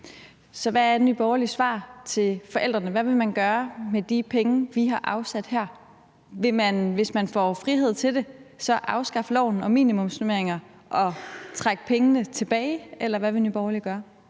hvad er Nye Borgerliges svar til forældrene? Hvad vil man gøre med de penge, vi har afsat her? Vil man, hvis man får frihed til det, så afskaffe loven om minimumsnormeringer og trække pengene tilbage? Eller hvad vil Nye Borgerlige gøre?